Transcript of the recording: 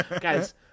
Guys